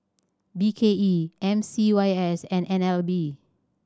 B K E M C Y S and N L B